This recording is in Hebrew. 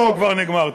גם ביורו כבר נגמר.